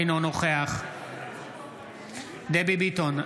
אינו נוכח דבי ביטון,